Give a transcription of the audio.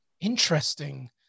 Interesting